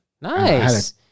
Nice